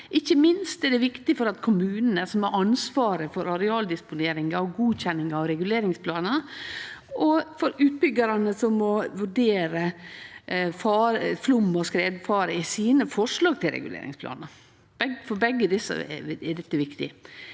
Ikkje minst er det viktig for kommunane, som har ansvaret for arealdisponeringa og godkjenninga av reguleringsplanar, og for utbyggjarane, som må vurdere flaum- og skredfare i forslaga sine til reguleringsplanar. For begge desse er dette viktig.